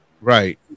Right